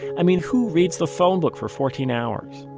i mean, who reads the phone book for fourteen hours?